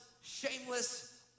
shameless